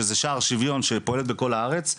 שזה שער שיוויון שפועלת בכל הארץ,